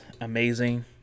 amazing